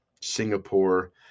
Singapore